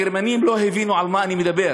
הגרמנים לא הבינו על מה אני מדבר,